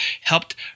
helped